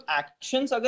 actions